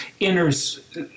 enters